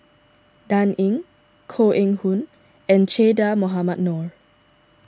Dan Ying Koh Eng Hoon and Che Dah Mohamed Noor